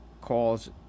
calls